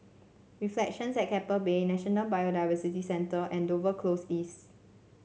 Reflections at Keppel Bay National Biodiversity Centre and Dover Close East